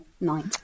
night